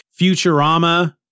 Futurama